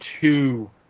two